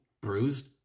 bruised